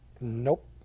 nope